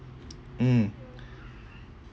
mm